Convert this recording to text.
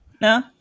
No